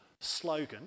slogan